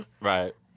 Right